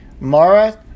Mara